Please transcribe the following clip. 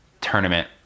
tournament